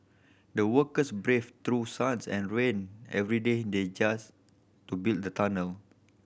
the workers braved through suns and rain every day they just to build the tunnel